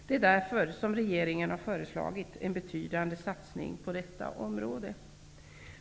Det är därför som regeringen har föreslagit en betydande satsning på detta område.